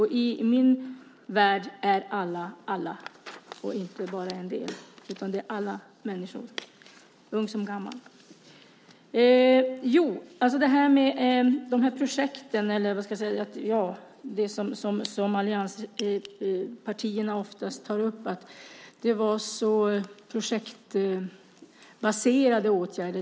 I min värld är alla alla , inte bara en del. Det handlar alltså om alla människor, unga som gamla. Det som allianspartierna oftast tar upp är att det tidigare har varit så projektbaserade åtgärder.